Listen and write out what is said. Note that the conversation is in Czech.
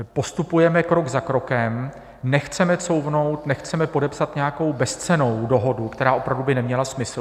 Postupujeme krok za krokem, nechceme couvnout, nechceme podepsat nějakou bezcennou dohodu, která by opravdu neměla smysl.